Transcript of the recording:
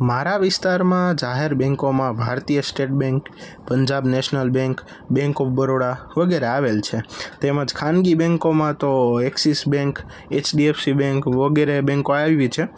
મારા વિસ્તારમાં જાહેર બૅન્કોમાં ભારતીય State Bank Punjab National Bank Bank of Baroda વગેરે આવેલ છે તેમજ ખાનગી બૅન્કોમાં તો ઍક્સિસ બૅન્ક એચડીએફસી બૅન્ક વગેરે બૅન્કો આવી છે